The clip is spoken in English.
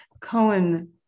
Cohen